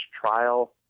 trial